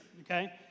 Okay